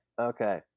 Okay